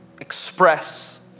express